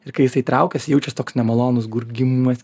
ir kai jisai traukiasi jaučias toks nemalonus gurgimas